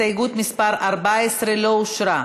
הסתייגות מס' 14 לא אושרה.